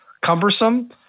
cumbersome